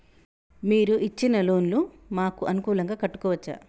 మీరు ఇచ్చిన లోన్ ను మాకు అనుకూలంగా కట్టుకోవచ్చా?